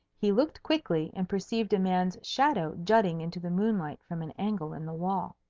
he looked quickly and perceived a man's shadow jutting into the moonlight from an angle in the wall.